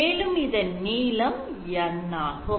மேலும் இதன் நீளம் N ஆகும்